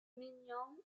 maignan